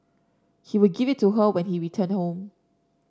he would give it to her when he returned home